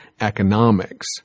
economics